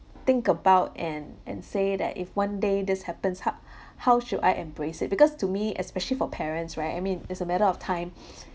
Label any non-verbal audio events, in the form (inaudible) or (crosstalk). think about and and say that if one day this happens how how should I embrace it because to me especially for parents right I mean it's a matter of time (breath)